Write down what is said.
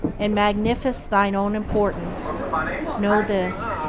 and magnifiest thine own importance know this,